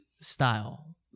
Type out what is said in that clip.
style